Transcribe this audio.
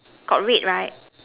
got red right